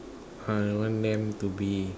I want them to be